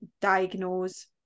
diagnose